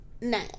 Now